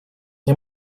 nie